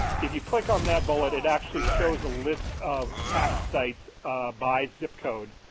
if you click on that bullet it actually shows a list of tax sites by zip code.